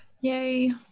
yay